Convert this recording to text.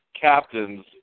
captains